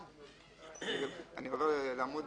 אני עובר לעמ'